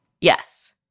Yes